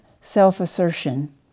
self-assertion